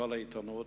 בכל העיתונים.